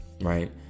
right